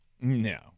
No